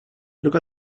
look